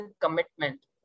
commitment